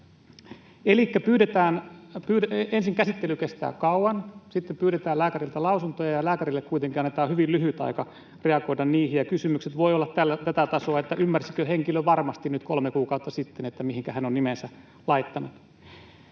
Elikkä ensin käsittely kestää kauan. Sitten pyydetään lääkäriltä lausunto, ja lääkärille kuitenkin annetaan hyvin lyhyt aika reagoida niihin, ja kysymykset voivat olla tätä tasoa, että ymmärsikö henkilö varmasti — kolme kuukautta sitten — mihinkä hän on nimensä laittanut.